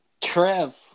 Trev